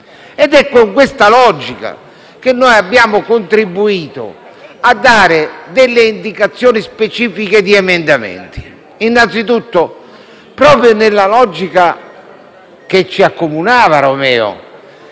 È con questa logica che abbiamo contributo a dare delle indicazioni specifiche di emendamento. Innanzitutto, proprio nella logica - che ci accomunava,